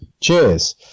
Cheers